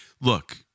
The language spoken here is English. look